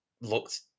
looked